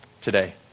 today